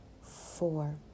four